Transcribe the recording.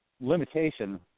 limitation